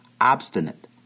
obstinate